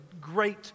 great